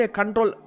control